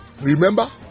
Remember